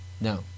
No